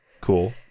cool